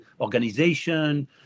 organization